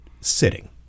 sitting